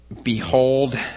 Behold